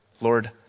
Lord